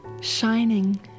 shining